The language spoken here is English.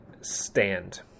stand